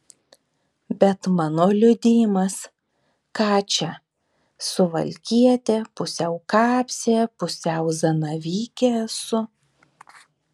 bet mano liudijimas ką čia suvalkietė pusiau kapsė pusiau zanavykė esu